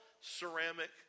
ceramic